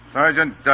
Sergeant